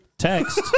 Text